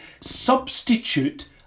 substitute